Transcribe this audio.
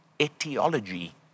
etiology